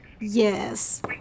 yes